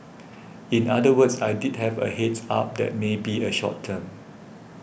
in other words I did have a heads up that may be a short term